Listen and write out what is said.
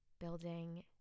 building